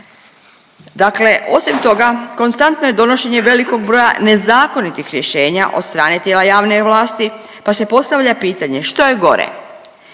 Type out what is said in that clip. Dakle osim toga konstantno je donošenje velikog broja nezakonitih rješenja od strane tijela javne vlasti pa se postavlja pitanje što je gore.